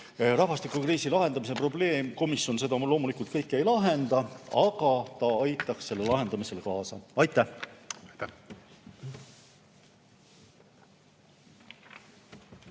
Rahvastikukriisi lahendamise probleemkomisjon seda loomulikult kõike ei lahenda, aga ta aitaks lahendamisele kaasa. Aitäh!